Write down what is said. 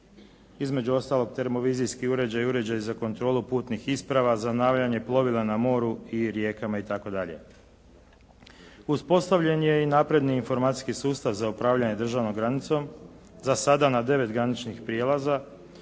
između ostalog termovizijski uređaj, uređaj za kontrolu putnih isprava, zanavljanje plovila na moru i rijekama itd. Uspostavljen je i napredni informacijski sustav za upravljanje državnom granicom za sada na 9 graničnih prijelaza